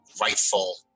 rightful